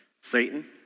Satan